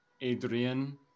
Adrian